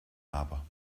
aber